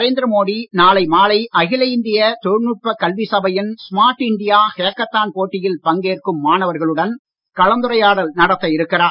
நரேந்திர மோடி நாளை மாலை அகில இந்திய தொழில்நுட்ப கல்வி சபையின் ஸ்மார்ட் இண்டியா ஹேக்கத்தான் போட்டியில் பங்கேற்கும் மாணவர்களுடன் கலந்துரையாடல் நடத்த இருக்கிறார்